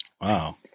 Wow